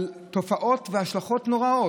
על תופעות והשלכות נוראיות,